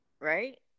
Right